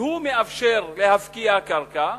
שהוא מאפשר להפקיע קרקע.